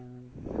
mm